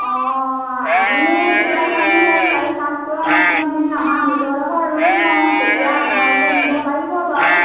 অঁ আমি তেতিয়াহ'লে আমি সেই চাৰি পাঁচ পুৰা মাতি আমি আমাৰ নিজৰডোখৰ ৰুই লওঁ তেতিয়া আপোনালোকে নিব পাৰিব বাৰু